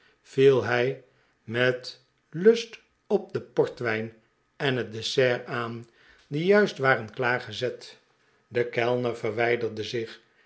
viel hij met lust op den port wijn en het dessert aan die juist waren klaargezet de kellner verwijderde zich